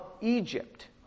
Egypt